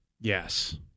Yes